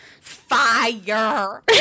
fire